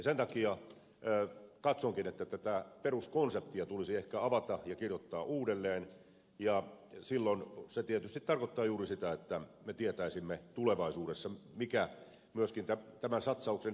sen takia katsonkin että tätä peruskonseptia tulisi ehkä avata ja kirjoittaa uudelleen ja silloin se tietysti tarkoittaa juuri sitä että me tietäisimme tulevaisuudessa mikä myöskin tämän satsauksen hyöty on